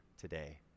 today